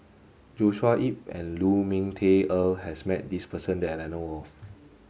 Joshua Ip and Lu Ming Teh Earl has met this person that I know of